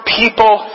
people